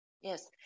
Yes